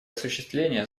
осуществление